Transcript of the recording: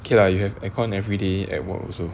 K lah you have aircon every day at work also